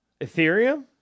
Ethereum